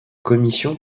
commission